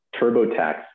TurboTax